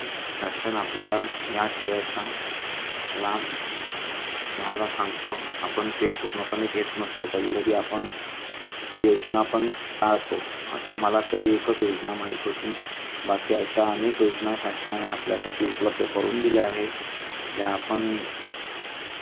शासन आपल्याला या सेवेचा लाभ घ्यायला सांगतो आपण ते पूर्णपणे घेत नसतो कधी कधी आपण ती योजना पण टाळतो अ मला तरी एकच योजना माहीत होती बाकी अशा अनेक योजना शासनाने आपल्यासाठी उपलब्ध करून दिल्या आहे त्या आपण